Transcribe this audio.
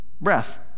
breath